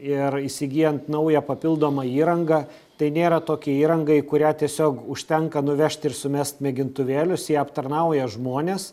ir įsigyjant naują papildomą įrangą tai nėra tokia įranga į kurią tiesiog užtenka nuvežti ir sumest mėgintuvėlius ją aptarnauja žmones